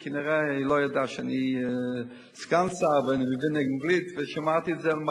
היא כנראה לא ידעה שאני סגן שר ואני מבין אנגלית ושמעתי את זה.